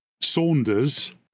Saunders